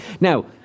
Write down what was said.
now